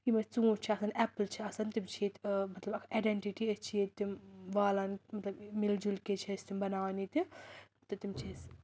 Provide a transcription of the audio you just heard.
یِم أسۍ ژوٗنٛٹۍ چھِ آسان ایپٕل چھِ آسان تِم چھِ ییٚتہِ مطلب اَکھ اَیڈٮ۪نٛٹِٹی أسۍ چھِ ییٚتہِ تِم والان مطلب مِل جُل کے چھِ أسۍ تِم بَناوان ییٚتہِ تہٕ تِم چھِ أسۍ